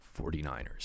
49ers